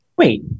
Wait